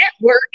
network